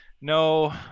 No